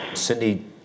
Cindy